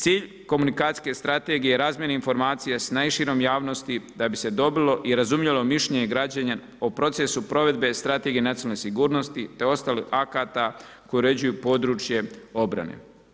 Cilj komunikacijske strategije je razmjena informacija s najširom javnosti da bi se dobilo i razumjelo mišljenje građana o procesu provedbe strategije nacionalne sigurnosti te ostalih akata koji uređuju područje obrane.